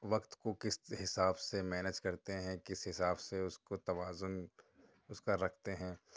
وقت کو کس حساب سے مینج کرتے ہیں کس حساب سے اس کو توازن اس کا رکھتے ہیں